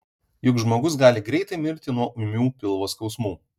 juk žmogus gali greitai mirti nuo ūmių pilvo skausmų